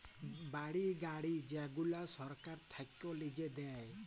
বাড়ি, গাড়ি যেগুলা সরকার থাক্যে লিজে দেয়